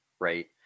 right